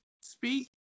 speak